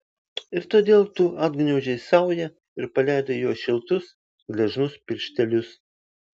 ir todėl tu atgniaužei saują ir paleidai jo šiltus gležnus pirštelius